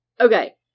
Okay